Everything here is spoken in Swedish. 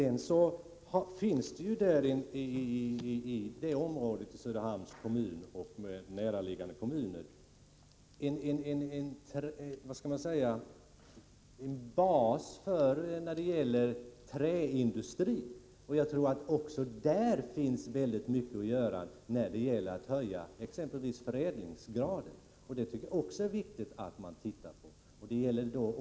I området kring Söderhamns kommun och näraliggande kommuner finns det en bas för träindustri. Jag tror att det också där finns mycket att göra, exempelvis för att höja förädlingsgraden. Det är viktigt att man tittar också på den möjligheten.